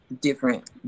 different